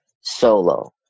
solo